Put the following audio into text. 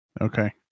Okay